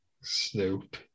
Snoop